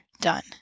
done